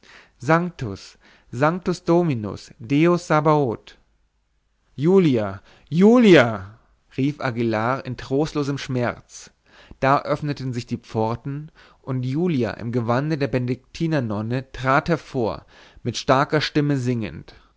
sanctus sanctus dominus deus sabaoth julia julia rief aguillar in trostlosem schmerz da öffneten sich die pforten und julia im gewande der benediktiner nonne trat hervor mit starker stimme singend